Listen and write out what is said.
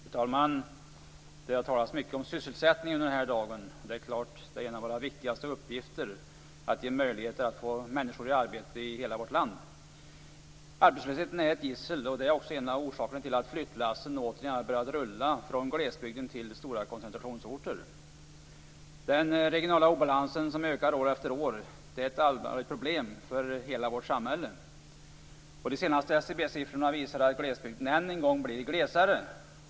Fru talman! Det har talats mycket om sysselsättning den här dagen. Det är en av våra viktigaste uppgifter att ge möjlighet att få människor i arbete i hela vårt land. Arbetslösheten är ett gissel och det är också en av orsakerna till att flyttlassen återigen har börjat rulla från glesbygden till stora koncentrationsorter. Den regionala obalansen som ökar år efter år är ett problem för hela vårt samhälle. De senaste SCB siffrorna visar att glesbygden än en gång blir glesare.